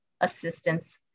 assistance